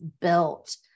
built